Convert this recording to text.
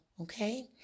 Okay